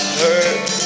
hurt